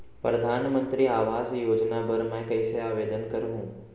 परधानमंतरी आवास योजना बर मैं कइसे आवेदन करहूँ?